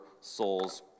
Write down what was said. souls